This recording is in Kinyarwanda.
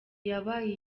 iyabaye